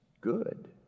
Good